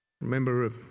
Remember